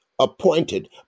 appointed